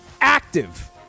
active